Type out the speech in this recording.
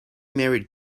married